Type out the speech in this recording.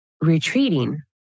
retreating